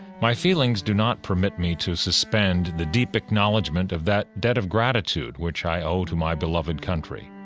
my feelings do not permit me to suspend the deep acknowledgement of that debt of gratitude which i owe to my beloved country.